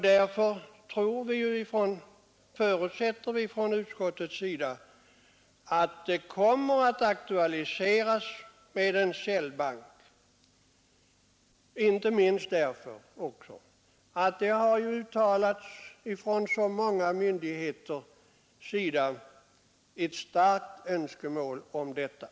Därför förutsätter vi från utskottets sida att frågan om en cellbank kommer att aktualiseras, inte minst på grund av att så många myndigheter uttalat ett starkt önskemål om detta.